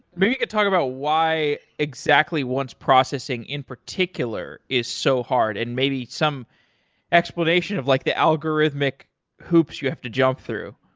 maybe you could talk about why exactly once processing in particular is so hard, and maybe some explanation of like the algorithmic hoops you have to jump through.